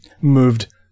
moved